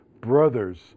Brothers